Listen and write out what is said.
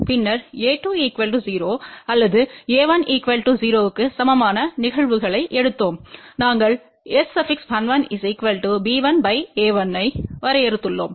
பின்னர் a2 0 அல்லது a1 0க்கு சமமான நிகழ்வுகளை எடுத்தோம் நாங்கள்S11b1a1ஐ வரையறுத்துள்ளோம்